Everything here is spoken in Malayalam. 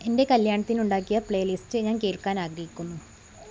എന്റെ കല്യാണത്തിനുണ്ടാക്കിയ പ്ലേലിസ്റ്റ് ഞാന് കേള്ക്കാന് ആഗ്രഹിക്കുന്നു